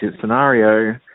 scenario